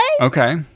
Okay